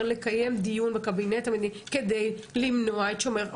לקיים דיון בקבינט כדי למנוע את שומר חומות,